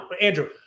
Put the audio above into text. Andrew